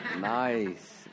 nice